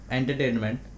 Entertainment